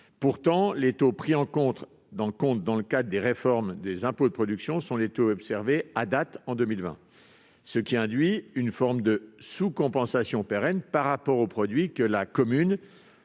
Pourtant, les taux pris en compte dans le cadre des réformes des impôts de production sont les taux observés en 2020, ce qui induit une forme de sous-compensation pérenne par rapport au produit que la commune